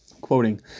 Quoting